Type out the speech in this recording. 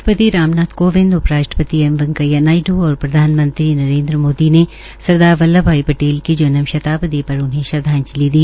राष्ट्रपति राम नाथ कोविंद उप राष्ट्रपति एम वैंकेया नायडू और प्रधानमंत्री नरेन्द्र मोदी ने सरदार वल्लभ भाई पटेल की जन्म शताबदी पर उन्हें श्रदवाजंलि दी